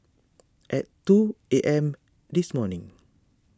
at two A M this morning